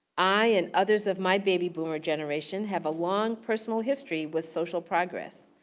i, and others of my baby boomer generation have a long, personal history with social progress.